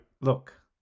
look